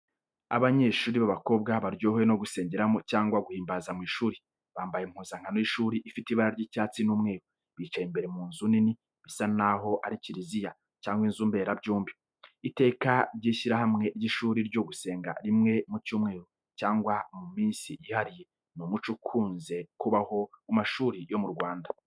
Abanyeshuri b’abakobwa baryohewe no gusengeramo cyangwa guhimbaza mu ishuri, bambaye impuzanko y’ishuri ifite ibara ry’icyatsi n’umweru, bicaye imbere mu nzu nini bisa n’aho ari kiriziya, cyangwa inzu mberabyombi. iteka ry’ishyirahamwe ry’ishuri ryo gusenga rimwe mu cyumweru cyangwa mu minsi yihariye, ni umuco ukunze kubaho mu mashuri yo mu Rwanda.